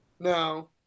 No